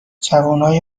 جوونای